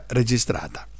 registrata